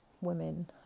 women